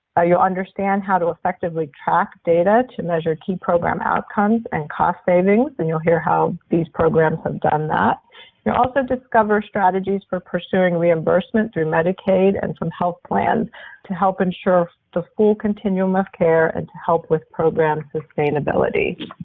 ah you'll understand how to effectively track data to measure key program outcomes and cost savings, and you'll hear how these programs have done that. and you'll also discover strategies for pursuing reimbursement through medicaid and some health plans to help insure the full continuum of care and to help with program sustainability.